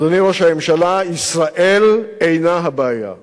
אדוני ראש הממשלה, ישראל אינה הבעיה,